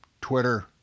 Twitter